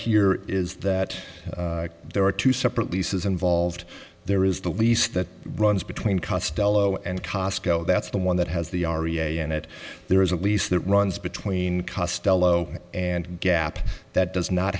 here is that there are two separate leases involved there is the lease that runs between costello and cosco that's the one that has the r e a n it there is a lease that runs between costello and gap that does not